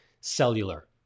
cellular